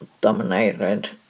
dominated